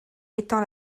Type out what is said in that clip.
étant